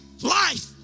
Life